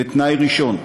זה תנאי ראשון: